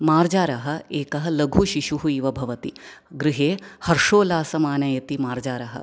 मार्जारः एकः लघुशिशुः इव भवति गृहे हर्षोल्लासमानयति मार्जारः